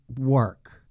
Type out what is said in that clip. work